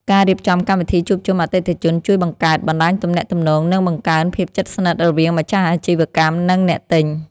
ការរៀបចំកម្មវិធីជួបជុំអតិថិជនជួយបង្កើតបណ្តាញទំនាក់ទំនង និងបង្កើនភាពជិតស្និទ្ធរវាងម្ចាស់អាជីវកម្មនិងអ្នកទិញ។